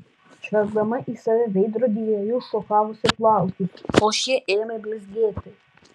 žvelgdama į save veidrodyje ji šukavosi plaukus kol šie ėmė blizgėti